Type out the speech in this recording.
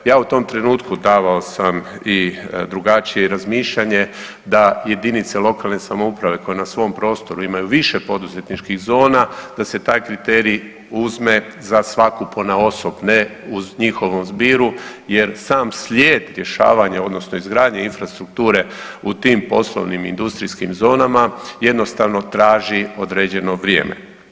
Ja u tom trenutku davao sam i drugačije razmišljanje da jedinice lokalne samouprave koje na svom prostoru imaju više poduzetničkih zona, da se taj kriterij uzme za svaku ponaosob, ne u njihovom zbiru jer sam slijed rješavanja odnosno izgradnje infrastrukture u tim poslovnim industrijskim zonama jednostavno traži određeno vrijeme.